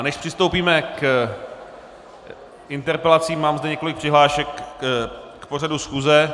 Než přistoupíme k interpelacím, mám zde několik přihlášek k pořadu schůze.